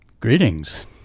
Greetings